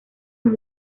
los